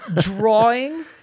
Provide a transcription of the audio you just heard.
drawing